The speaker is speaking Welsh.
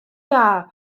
dda